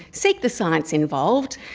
seek the science involved,